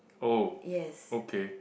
oh okay